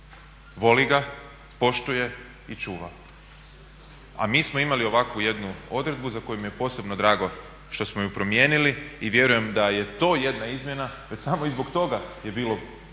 voli ga, poštuje i čuva. A mi smo imali ovakvu jednu odredbu za koju mi je posebno drago što smo je promijenili i vjerujem da je to jedna izmjena. Već samo i zbog toga je bilo